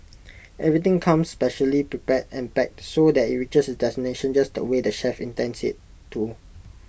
everything comes specially prepared and packed so that IT reaches destination just the way the chefs intend IT to